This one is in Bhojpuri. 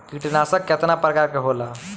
कीटनाशक केतना प्रकार के होला?